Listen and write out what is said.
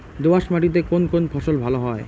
দোঁয়াশ মাটিতে কোন কোন ফসল ভালো হয়?